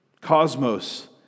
cosmos